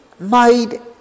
made